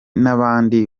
n’abandi